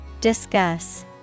Discuss